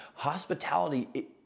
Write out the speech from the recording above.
Hospitality